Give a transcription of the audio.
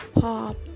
pop